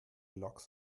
lachs